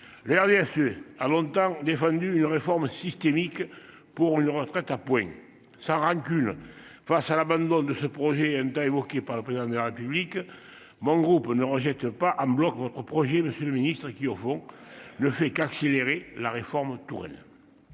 Le RDS. A longtemps défendu une réforme systémique pour une retraite à points sa rancune. Face à l'abandon de ce projet. Hein tu as évoqué par le président de République mon groupe ne rejette pas en bloc votre projet. Monsieur le Ministre, qui au fond le fait qu'accélérer la réforme Touraine.